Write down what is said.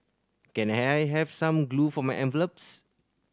can I have some glue for my envelopes